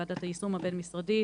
ועדת היישום הבין-משרדית,